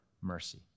mercy